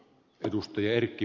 herra puhemies